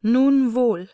nun wohl